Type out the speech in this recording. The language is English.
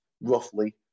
roughly